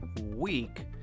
week